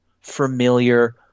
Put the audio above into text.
familiar